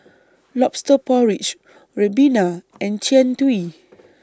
Lobster Porridge Ribena and Jian Dui